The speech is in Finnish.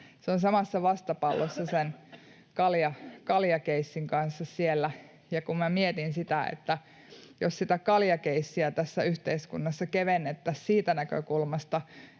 sitten samassa vastapallossa kaljakeissin kanssa. Kun minä mietin sitä, että jos sitä kaljakeissiä tässä yhteiskunnassa kevennettäisiin siitä näkökulmasta,